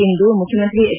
ಇಂದು ಮುಖ್ಯಮಂತ್ರಿ ಹೆಚ್